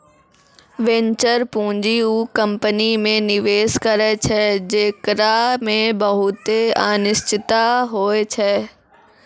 venture पूंजी उ company मे निवेश करै छै जेकरा मे बहुते अनिश्चिता होय छै